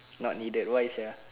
not needed why you say